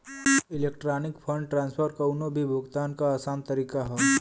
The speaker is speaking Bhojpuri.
इलेक्ट्रॉनिक फण्ड ट्रांसफर कउनो भी भुगतान क आसान तरीका हौ